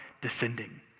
descending